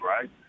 right